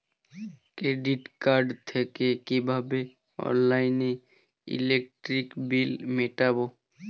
Credit card থেকে কিভাবে অনলাইনে ইলেকট্রিক বিল মেটাবো?